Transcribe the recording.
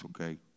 okay